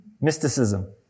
mysticism